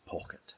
pocket